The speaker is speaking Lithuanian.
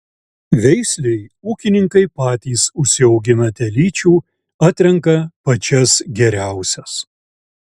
veislei ūkininkai patys užsiaugina telyčių atrenka pačias geriausias